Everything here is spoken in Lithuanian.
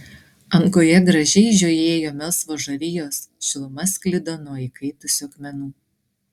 angoje gražiai žiojėjo melsvos žarijos šiluma sklido nuo įkaitusių akmenų